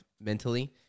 mentally